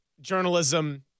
journalism